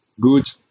good